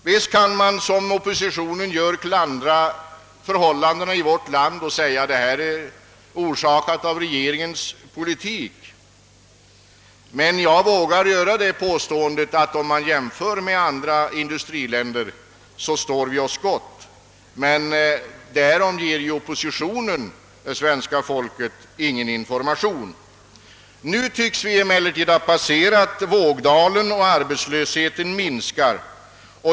Visst kan man, som oppositionen gör, klandra förhållandena i vårt land och säga att de är orsakade av regeringens politik. Jag vågar emellertid påstå att vi står oss gott vid en jämförelse med andra industriländer. Men därom ger oppositionen ingen information åt det svenska folket. Nu tycks vi ha passerat vågdalen, och arbetslösheten minskar.